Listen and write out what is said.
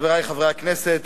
חברי חברי הכנסת,